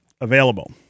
available